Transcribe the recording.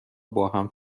باهم